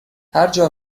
هرجا